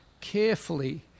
carefully